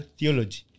Theology